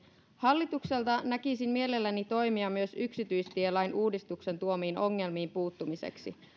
hallitukselta näkisin mielelläni toimia myös yksityistielain uudistuksen tuomiin ongelmiin puuttumiseksi